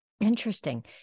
Interesting